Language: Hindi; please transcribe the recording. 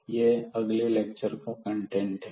तो यह अगले लेक्चर का कंटेंट है